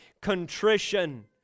contrition